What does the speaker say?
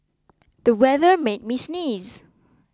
the weather made me sneeze